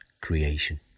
creation